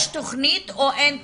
יש תכנית או אין תכנית,